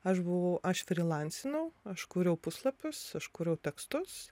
aš buvau aš frylansinau aš kūriau puslapius aš kūriau tekstus